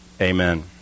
amen